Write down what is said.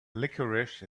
licorice